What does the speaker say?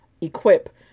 equip